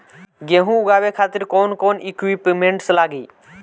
गेहूं उगावे खातिर कौन कौन इक्विप्मेंट्स लागी?